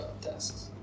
tasks